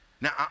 Now